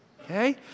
okay